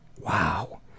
Wow